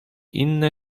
inne